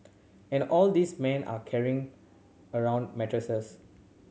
and all these men are carrying around mattresses